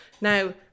now